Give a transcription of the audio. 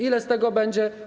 Ile z tego będzie?